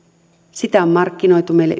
tätä on markkinoitu meille